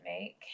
make